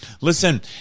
listen